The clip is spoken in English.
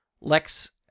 Lex